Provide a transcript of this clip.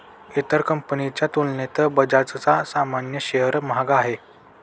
इतर कंपनीच्या तुलनेत बजाजचा सामान्य शेअर महाग आहे